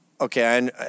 okay